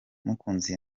mukunzi